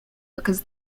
because